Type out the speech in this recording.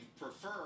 prefer